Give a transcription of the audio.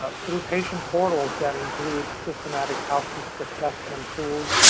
ah through patient portals that includes systematic health risk assessment tools,